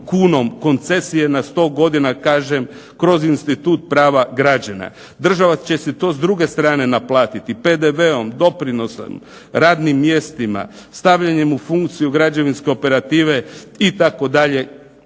kunom koncesije na 100 godina kažem kroz institut prava građana. Država će se ti s druge strane naplatiti, PDV-om, doprinosom, radnim mjestima, stavljanjem u funkciju građevinske operative itd.,